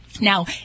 Now